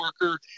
worker